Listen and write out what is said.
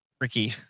Ricky